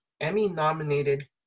Emmy-nominated